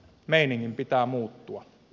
meiningin pitää muuttua